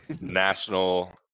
National